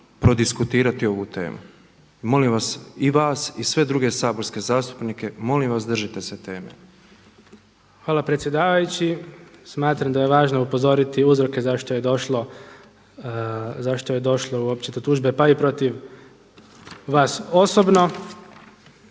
Hvala predsjedavajući. Smatram da je važno upozoriti uzroke zašto je došlo uopće do tužbe pa i protiv vas osobno.